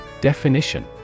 Definition